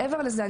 מעבר לזה,